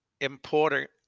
importer